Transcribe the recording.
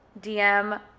dm